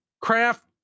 craft